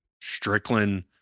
Strickland